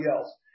else